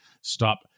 stop